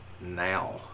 now